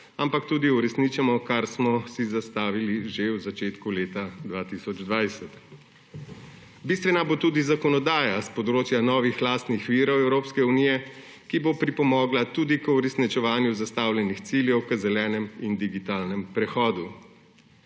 ampak tudi uresničimo, kar smo si zastavili že v začetku leta 2020. Bistvena bo tudi zakonodaja s področja novih lastnih virov Evropske unije, ki bo pripomogla tudi k uresničevanju zastavljenih ciljev k zelenemu in digitalnemu prehodu.